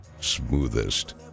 smoothest